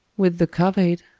with the couvade,